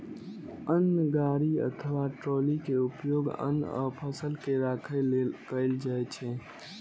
अन्न गाड़ी अथवा ट्रॉली के उपयोग अन्न आ फसल के राखै लेल कैल जाइ छै